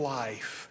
life